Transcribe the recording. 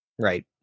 Right